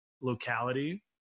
locality